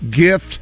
gift